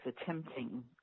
attempting